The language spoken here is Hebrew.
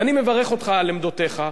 ואני מברך אותך על עמדותיך,